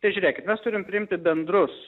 tai žiūrėkit mes turim priimti bendrus